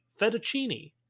fettuccine